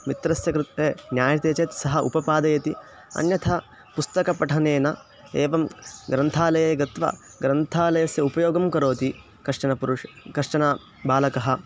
मित्रस्य कृते ज्ञायते चेत् सः उपपादयति अन्यथा पुस्तकपठनेन एवं ग्रन्थालये गत्वा ग्रन्थालयस्य उपयोगं करोति कश्चन पुरुषः कश्चन बालकः